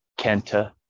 Kenta